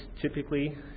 typically